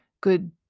good